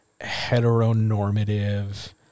heteronormative